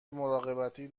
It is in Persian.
مراقبتی